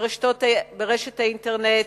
ברשת האינטרנט,